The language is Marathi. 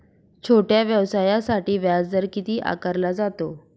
छोट्या व्यवसायासाठी व्याजदर किती आकारला जातो?